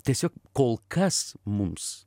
tiesiog kol kas mums